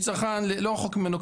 יש צרכן לא רחוק ממנו,